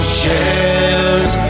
shares